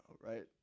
right